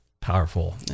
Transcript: powerful